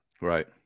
Right